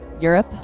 Europe